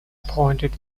appointed